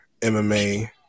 MMA